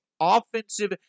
offensive